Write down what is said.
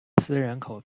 斯人口